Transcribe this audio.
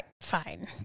fine